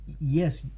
yes